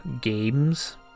games